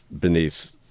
beneath